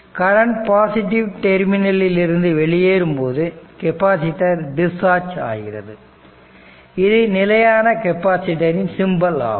current positive டெர்மினலில் இருந்து வெளியேறும் போது கெப்பாசிட்டர் டிஸ்சார்ஜ் ஆகிறது இது நிலையான கெபாசிட்டர் ன் சிம்பல் ஆகும்